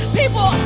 people